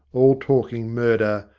all talking murder,